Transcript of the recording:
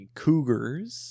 cougars